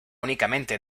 únicamente